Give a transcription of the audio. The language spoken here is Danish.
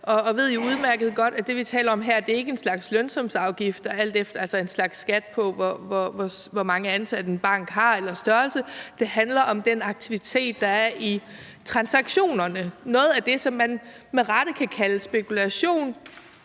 og ved jo udmærket godt, at det, vi taler om her, ikke er en slags lønsumsafgift – altså en slags skat på, hvor mange ansatte en bank har, eller på en banks størrelse. Det handler om den aktivitet, der er i transaktionerne, noget af det, som man med rette kan kalde spekulation,